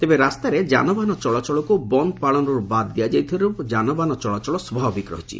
ତେବେ ରାସ୍ତାରେ ଯାନବାହାନ ଚଳାଚଳକୁ ବନ୍ଦ ପାଳନରୁ ବାଦ ଦିଆଯାଇଥିବାରୁ ଯାନବାହନ ଚଳାଚଳ ସ୍ୱାଭାବିକ ରହିଛି